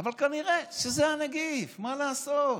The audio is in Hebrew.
אבל כנראה זה הנגיף, מה לעשות,